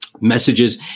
messages